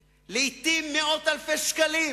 לעתים על מאות אלפי שקלים?